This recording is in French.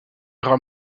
rats